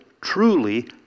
truly